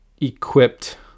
equipped